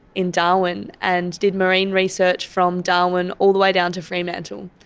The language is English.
in darwin and did marine research from darwin all the way down to fremantle.